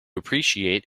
appreciate